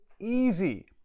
easy